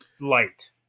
light